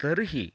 तर्हि